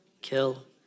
kill